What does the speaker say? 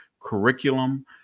curriculum